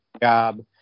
job